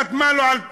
הוספנו הוראות